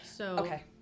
Okay